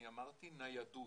אני אמרתי ניידות.